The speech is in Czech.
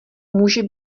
může